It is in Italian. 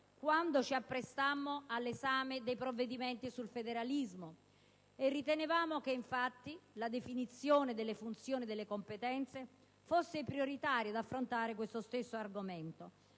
quando ci apprestammo all'esame dei provvedimenti sul federalismo, ritenendo che la definizione delle funzioni e delle competenze fosse prioritaria ad affrontare quello stesso argomento;